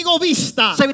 vista